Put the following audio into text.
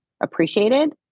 appreciated